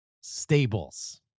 Stables